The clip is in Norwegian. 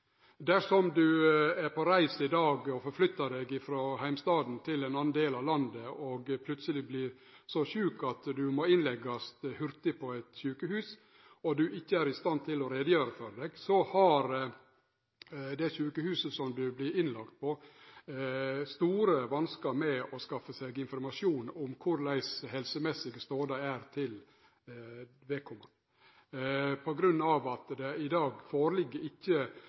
Dersom du i dag er på reise og flyttar deg frå heimstaden din til ein annan del av landet og plutseleg vert så sjuk at du hurtig må leggjast inn på eit sjukehus, og du ikkje er i stand til å gjere greie for deg, så har det sjukehuset som du vert innlagd på, store vanskar med å skaffe seg informasjon om korleis den helsemessige stoda di er. Grunnen er at det i dag ikkje